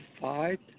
fight